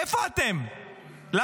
איפה אתם?